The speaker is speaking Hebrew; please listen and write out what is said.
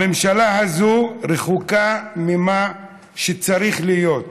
הממשלה הזאת רחוקה ממה שצריך להיות,